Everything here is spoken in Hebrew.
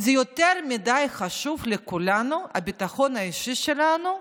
זה יותר מדי חשוב לכולנו, הביטחון האישי שלנו,